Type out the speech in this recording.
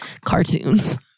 cartoons